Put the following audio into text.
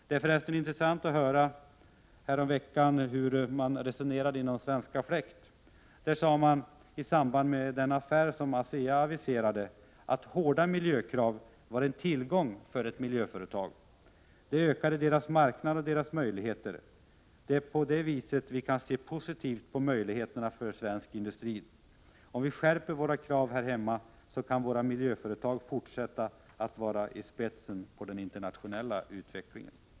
Det var förresten intressant att höra häromveckan hur man resonerar inom Svenska Fläkt. Där sade man, i samband med den affär som ASEA aviserade, att hårda miljökrav var en tillgång för ett miljöföretag. Det ökade deras marknad och deras möjligheter. Det är på det viset vi kan se positivt på möjligheterna för svensk industri. Om vi skärper våra krav här hemma, kan våra miljöföretag fortsätta att vara i spetsen i den internationella utvecklingen.